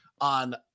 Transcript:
on